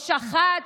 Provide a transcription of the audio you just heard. או שחט,